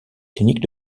clinique